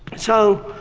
so,